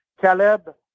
Caleb